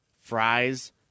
fries